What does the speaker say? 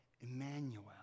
Emmanuel